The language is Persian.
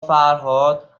فرهاد